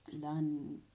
learn